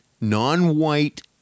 non-white